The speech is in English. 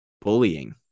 Bullying